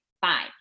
Fine